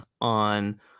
on